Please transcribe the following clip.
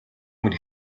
өмнө